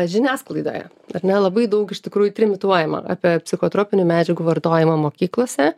žiniasklaidoje ar ne labai daug iš tikrųjų trimituojama apie psichotropinių medžiagų vartojimą mokyklose